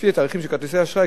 לפי התאריכים של כרטיסי האשראי,